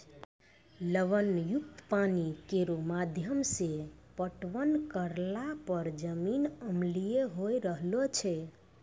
लवण युक्त पानी केरो माध्यम सें पटवन करला पर जमीन अम्लीय होय रहलो छै